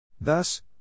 Thus